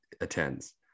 attends